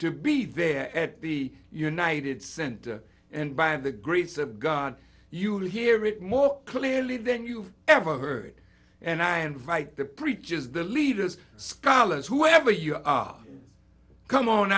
to be there at the united center and by the grace of god you hear it more clearly than you've ever heard and i invite the preaches the leaders scholars whoever you are come on